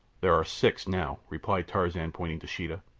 there are six now, replied tarzan, pointing to sheeta,